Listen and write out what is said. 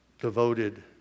devoted